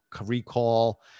recall